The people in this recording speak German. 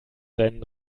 sein